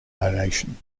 donation